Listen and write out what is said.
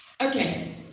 Okay